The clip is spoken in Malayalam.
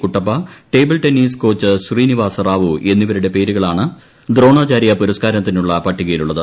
Kuttappa table tennis coach Srinivasa Rao എന്നിവരുടെ പേരുകളാണ് ദ്രോണാചാര്യ പുരസ്കാരത്തിനുള്ള പട്ടികയിലുള്ളത്